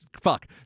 fuck